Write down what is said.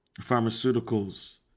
pharmaceuticals